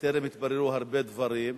בטרם התבררו הרבה דברים,